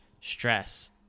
stress